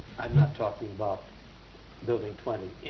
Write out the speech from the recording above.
i'm not talking about building twenty